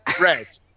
red